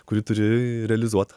kurį turi realizuot